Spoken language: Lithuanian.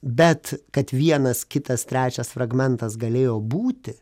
bet kad vienas kitas trečias fragmentas galėjo būti